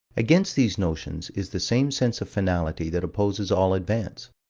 against these notions is the same sense of finality that opposes all advance.